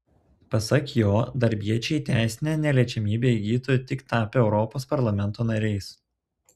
pasak jo darbiečiai teisinę neliečiamybę įgytų tik tapę europos parlamento nariais